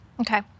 Okay